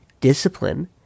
discipline